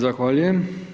Zahvaljujem.